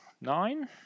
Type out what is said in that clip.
nine